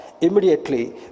immediately